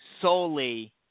solely